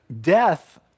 death